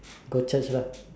go Church lah